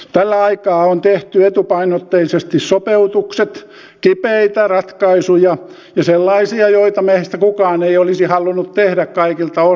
tällä aikaa on tehty etupainotteisesti sopeutukset kipeitä ratkaisuja ja sellaisia joita meistä kukaan ei olisi halunnut tehdä kaikilta osin